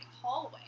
hallway